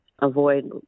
avoid